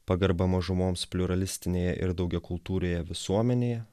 pagarba mažumoms pliuralistinėje ir daugiakultūrėje visuomenėje